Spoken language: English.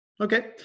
Okay